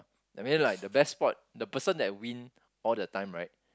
I mean like that best spot the person that win all the time right